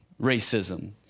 racism